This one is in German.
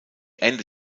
ende